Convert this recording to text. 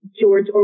george